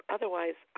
Otherwise